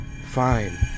Fine